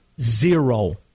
Zero